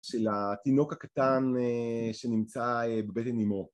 של התינוק הקטן שנמצא בבטן אימו